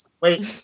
wait